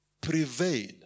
prevail